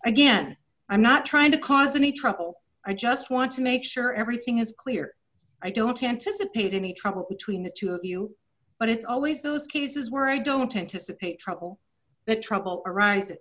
again i'm not trying to cause any trouble i just want to make sure everything is clear i don't anticipate any trouble between the two of you but it's always those cases where i don't intend to subpoena trouble but trouble arise